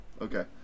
Okay